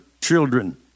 children